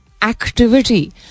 activity